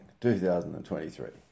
2023